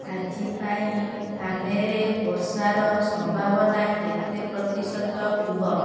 ଆଜି ପାଇଁ ଥାନେ ରେ ବର୍ଷାର ସମ୍ଭାବନା କେତେ ପ୍ରତିଶତ କୁହ